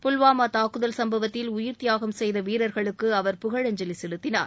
புல்வாமா தாக்குதல் சும்பவத்தில் உயிர்த் தியாகம் செய்த வீரர்களுக்கு அவர் புகழஞ்சலி செலுத்தினார்